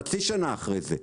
חצי שנה אחרי זה.